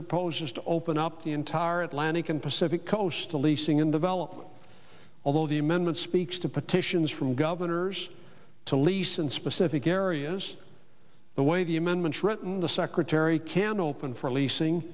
proposes to open up the entire atlantic and pacific coast to leasing and development although the amendment speaks to petitions from governors to lease in specific areas the way the amendment written the secretary can open for leasing